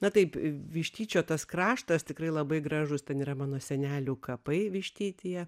na taip vištyčio tas kraštas tikrai labai gražus ten yra mano senelių kapai vištytyje